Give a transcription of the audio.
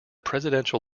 presidential